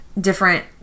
different